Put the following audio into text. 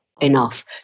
enough